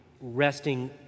resting